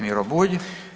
Miro Bulj.